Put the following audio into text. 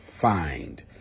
find